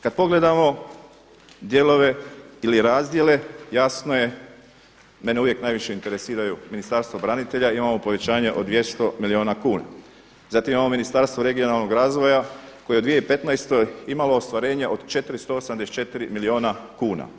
Kada pogledamo dijelove ili razdjele jasno je, mene uvijek najviše interesiraju Ministarstva branitelja, imamo povećanje od 200 milijuna kuna, zatim imamo Ministarstvo regionalnog razvoja koji je u 2015. imalo ostvarenje od 484 milijuna kuna.